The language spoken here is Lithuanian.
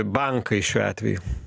bankai šiuo atveju